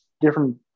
different